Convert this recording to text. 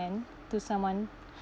recommend to someone